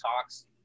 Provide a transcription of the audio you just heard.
talks